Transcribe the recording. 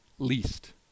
least